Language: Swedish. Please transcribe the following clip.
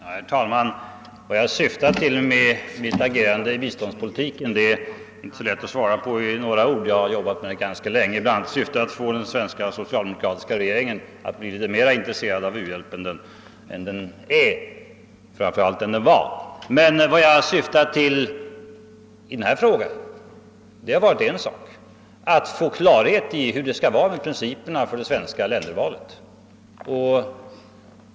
Herr talman! Vad jag syftar till med mitt agerande i biståndspolitiken är inte så lätt att svara på med några ord. Jag har arbetat med detta ganska länge, bl.a. i syfte att få den svenska socialdemokratiska regeringen att bli litet mera intresserad av u-hjälpen än den är och framför allt än den har varit. Men vad jag syftar till i denna fråga är bara en sak, nämligen att få klarhet i hur det skall vara med principerna för det svenska ländervalet.